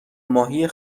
ماهی